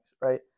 right